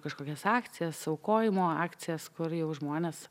kažkokias akcijas aukojimo akcijas kur jau žmonės